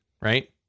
right